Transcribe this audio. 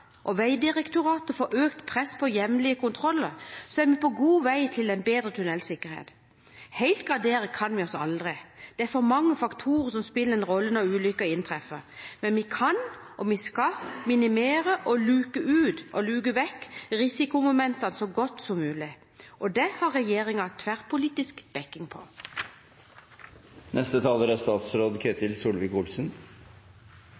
og Vegdirektoratet får økt press på jevnlige kontroller, er vi på god vei til en bedre tunnelsikkerhet. Gardere oss helt kan vi aldri. Det er for mange faktorer som spiller en rolle når ulykker inntreffer, men vi kan, og vi skal, minimere og luke vekk risikomomentene så godt som mulig. Der har regjeringen tverrpolitisk bakking. Dette er et veldig viktig tema, og jeg er glad for at det